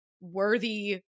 worthy